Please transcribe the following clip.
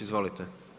Izvolite.